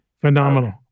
Phenomenal